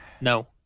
no